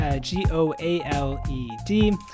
g-o-a-l-e-d